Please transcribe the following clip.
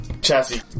Chassis